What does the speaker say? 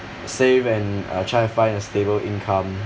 save and uh try to find a stable income